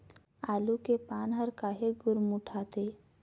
आलू के पान हर काहे गुरमुटाथे?